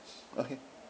okay